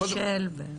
אש"ל.